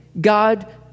God